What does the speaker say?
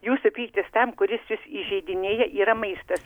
jūsų pyktis tam kuris jus įžeidinėja yra maistas